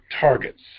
targets